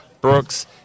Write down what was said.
Brooks